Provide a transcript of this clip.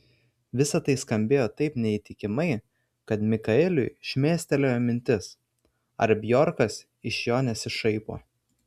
visa tai skambėjo taip neįtikimai kad mikaeliui šmėstelėjo mintis ar bjorkas iš jo nesišaipo